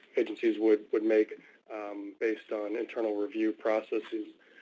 agencies would would make based on internal review processes,